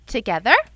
Together